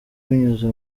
binyuze